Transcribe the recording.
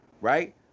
Right